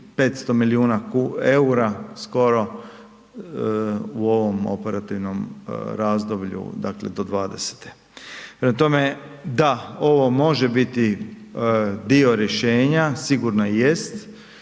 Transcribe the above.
500 milijuna eura skoro u ovom operativnom razdoblju, dakle do 2020. Prema tome, da, ovo može biti dio rješenja, sigurno i jest